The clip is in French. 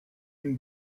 une